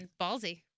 Ballsy